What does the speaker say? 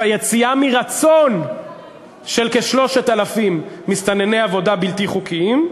יציאה מרצון של כ-3,000 מסתנני עבודה בלתי חוקיים.